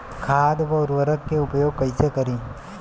खाद व उर्वरक के उपयोग कइसे करी?